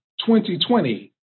2020